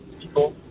people